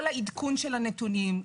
כל העדכון של הנתונים,